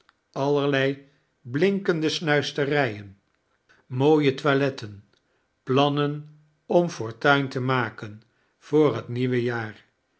allerlei blinkende snuisterijen mooie toiletten plannen om fortuin te maken voor het nieuwe jaar